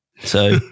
So-